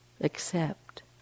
accept